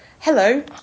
Hello